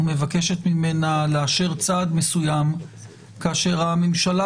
מבקשת ממנה לאשר צו מסוים כאשר הממשלה